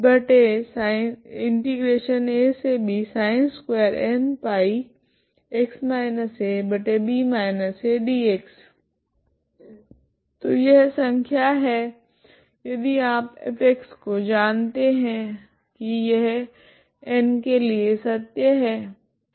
तो यह संख्या है यदि आप f को जानते है की यह n's के लिए सत्य है